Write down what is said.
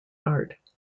art